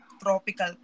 tropical